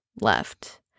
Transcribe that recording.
left